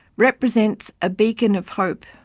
represents a beacon of hope.